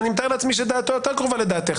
שדעתו יותר קרובה לדעתך?